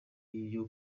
iyo